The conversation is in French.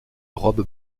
robe